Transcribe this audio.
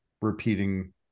repeating